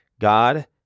God